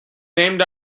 named